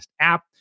app